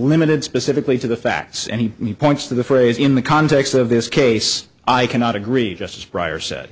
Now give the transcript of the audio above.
limited specifically to the facts and he points to the phrase in the context of this case i cannot agree justice brier said